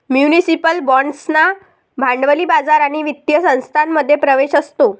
municipal बाँड्सना भांडवली बाजार आणि वित्तीय संस्थांमध्ये प्रवेश असतो